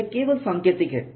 यह केवल सांकेतिक है